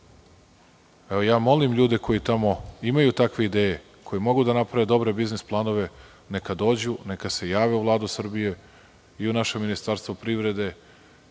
programe. Molim ljude koji tamo imaju takve ideje, koje mogu da naprave dobre biznis planove, neka dođu, neka se jave u Vladu Srbije, i u naše Ministarstvo privrede